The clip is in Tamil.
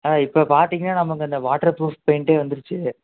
ஆ இப்போ பார்த்திங்கன்னா நமக்கு இந்த வாட்டர் ப்ரூஃப் பெயிண்ட்டே வந்துருச்சு